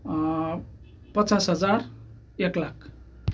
पचास हजार एक लाख